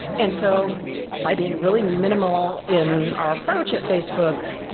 and so by being really minimal in our approach at facebook,